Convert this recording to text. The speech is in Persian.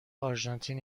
آرژانتین